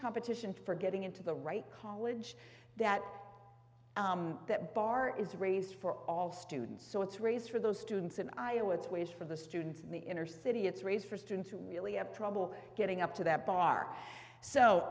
competition for getting into the right college that that bar is raised for all students so it's raised for those students in iowa it's ways for the students in the inner city it's raised for students who really have trouble getting up to that bar so